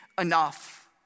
enough